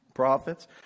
prophets